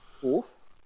Fourth